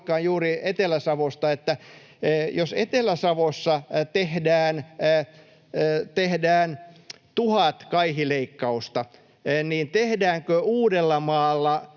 ollakaan juuri Etelä-Savosta, että jos Etelä-Savossa tehdään tuhat kaihileikkausta, niin tehdäänkö Uudellamaalla,